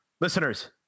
listeners